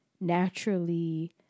naturally